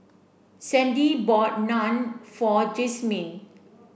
Sandi bought Naan for Jazmyne